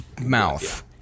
mouth